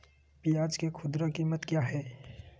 प्याज के खुदरा कीमत क्या है?